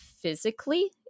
physically